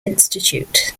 institute